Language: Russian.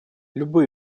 любые